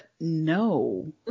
no